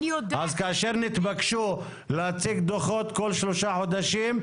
אז כאשר נתבקשו לעשות דוחות כל שלושה חודשים,